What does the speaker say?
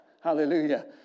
hallelujah